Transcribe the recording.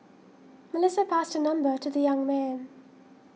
Melissa passed her number to the young man